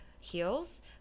Heels